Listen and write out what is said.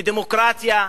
בדמוקרטיה,